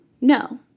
no